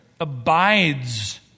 abides